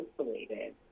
isolated